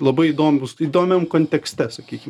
labai įdomūs įdomiam kontekste sakykim